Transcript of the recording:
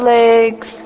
legs